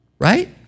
right